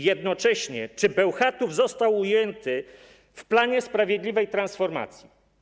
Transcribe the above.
Jednocześnie pytam, czy Bełchatów został ujęty w planie sprawiedliwej transformacji?